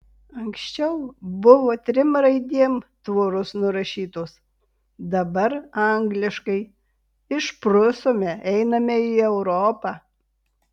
anksčiau buvo trim raidėm tvoros nurašytos dabar angliškai išprusome einame į europą